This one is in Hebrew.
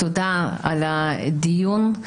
תודה על הדיון,